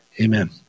amen